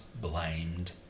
blamed